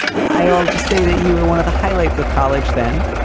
i'll just say that you were one of the highlights of college then,